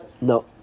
No